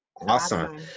Awesome